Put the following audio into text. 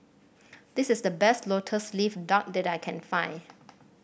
this is the best lotus leaf duck that I can find